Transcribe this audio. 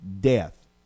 death